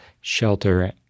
shelter